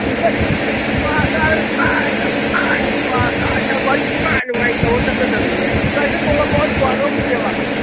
ꯑꯦ ꯀ꯭ꯋꯥ ꯆꯥꯔꯒ ꯅꯨꯡꯉꯥꯏꯅ ꯅꯨꯡꯉꯥꯏꯅ ꯀ꯭ꯋꯥ ꯁꯥꯏ ꯁꯥꯏ ꯋꯥꯔꯤ ꯅꯨꯡꯉꯥꯏ ꯅꯨꯡꯉꯥꯏ ꯇꯧꯔ ꯆꯠꯀꯗꯝꯅꯤꯅꯦ ꯑꯣ ꯒꯥꯔꯤꯗ ꯇꯣꯡꯉꯝꯃꯣ ꯑꯩ ꯀ꯭ꯋꯥ ꯂꯧꯔꯛꯈꯤꯒꯦꯕ